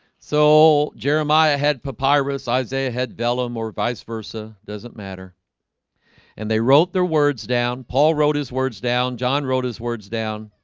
so jeremiah had papyrus isaiah had vellum or vice versa doesn't matter and they wrote their words down paul wrote his words down john wrote his words down